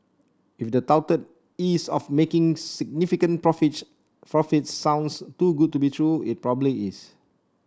if the touted ease of making significant profits profit sounds too good to be true it probably is